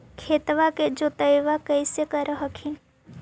खेतबा के जोतय्बा कैसे कर हखिन?